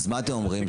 אז מה אתם אומרים?